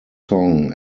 song